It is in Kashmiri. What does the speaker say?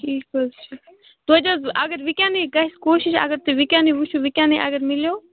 ٹھیٖک حظ چھُ توتہِ حظ اگر وُنکٮ۪نٕے گَژھِ کوٗشِش اگر تُہۍ وُنکٮ۪نٕے وُچھو وُنکٮ۪نٕے اگر میلیو